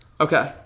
Okay